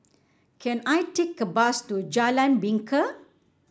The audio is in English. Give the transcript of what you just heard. can I take a bus to Jalan Bingka